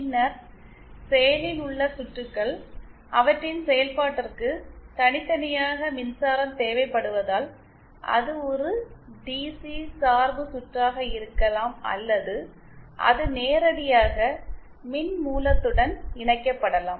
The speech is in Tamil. பின்னர் செயலில் உள்ள சுற்றுகள் அவற்றின் செயல்பாட்டிற்கு தனித்தனியாக மின்சாரம் தேவைப்படுவதால் அது ஒரு டிசி சார்பு சுற்றாக இருக்கலாம் அல்லது அது நேரடியாக மின் மூலத்துடன் இணைக்கப்படலாம்